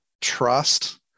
trust